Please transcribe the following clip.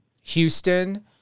Houston